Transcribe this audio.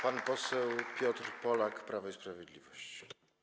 Pan poseł Piotr Polak, Prawo i Sprawiedliwość.